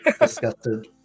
Disgusted